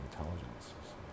intelligence